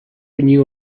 renew